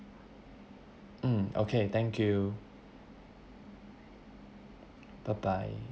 mm okay thank you bye bye